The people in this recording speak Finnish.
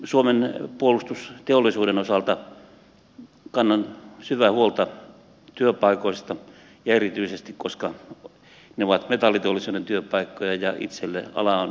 suomen puolustusteollisuuden osalta kannan syvää huolta työpaikoista ja erityisesti koska ne ovat metalliteollisuuden työpaikkoja ja itselleni ala on erittäin läheinen